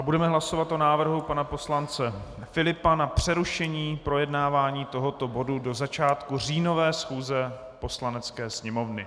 Budeme hlasovat o návrhu pana poslance Filipa na přerušení projednávání tohoto bodu do začátku říjnové schůze Poslanecké sněmovny.